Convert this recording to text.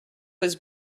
was